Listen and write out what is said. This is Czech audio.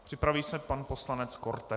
Připraví se pan poslanec Korte.